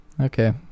okay